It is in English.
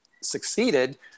succeeded